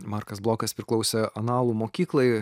markas blokas priklausė analų mokyklai